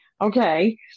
Okay